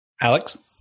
Alex